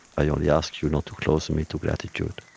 i only ask you not to close and me to gratitude,